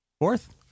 Fourth